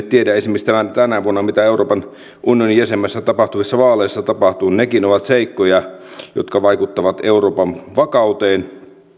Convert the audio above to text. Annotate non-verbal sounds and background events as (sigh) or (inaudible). (unintelligible) tiedä mitä tänä vuonna euroopan unionin jäsenmaissa tapahtuvissa vaaleissa tapahtuu nekin ovat seikkoja jotka vaikuttavat euroopan vakauteen